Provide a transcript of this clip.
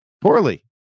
Poorly